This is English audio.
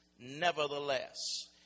Nevertheless